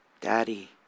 Daddy